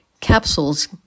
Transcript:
capsules